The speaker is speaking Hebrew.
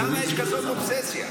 למה יש כזאת אובססיה?